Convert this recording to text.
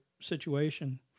situation